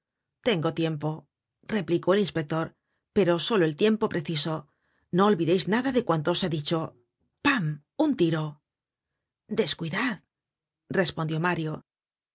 tengo tiempo replicó el inspector pero solo el tiempo preciso no olvideis nada de cuanto os he dicho pan un tiro descuidad respondió mario y